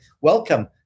Welcome